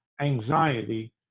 anxiety